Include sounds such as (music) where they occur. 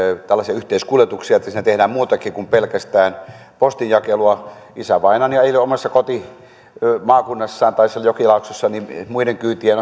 tällaisia yhteiskuljetuksia että siinä tehdään muutakin kuin pelkästään postinjakelua on ihan vanha asia sitä on tehty ennenkin isävainaani ajeli omassa kotimaakunnassaan tai siellä jokilaaksossa muiden kyytien (unintelligible)